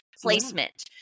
Placement